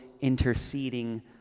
interceding